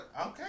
Okay